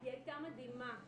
היא הייתה מדהימה,